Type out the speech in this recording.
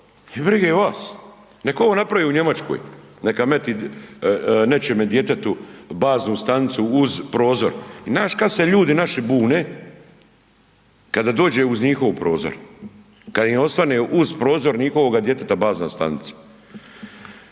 brige vas, nek' ovo napravi u Njemačkoj, neka meti nečijeme djetetu baznu stanicu uz prozor, i znaš kad se ljudi naši bune?, kada dođe uz njihov prozor, kad im osvane uz prozor njihovoga djeteta bazna stanica.